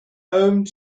owned